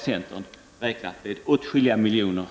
Centern har räknat med åtskilliga miljarder.